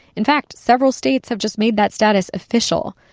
in fact, several states have just made that status official.